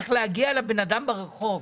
צריך להגיע לבן אדם ברחוב.